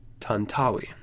Tantawi